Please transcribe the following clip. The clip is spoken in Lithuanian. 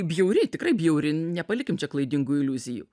bjauri tikrai bjauri nepalikim čia klaidingų iliuzijų